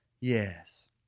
Yes